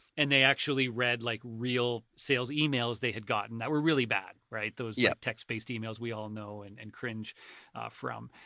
and they actually read, like, real sales emails they had gotten that were really bad, right, those like yeah text-based emails we all know and and cringe from.